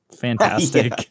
fantastic